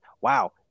Wow